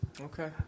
Okay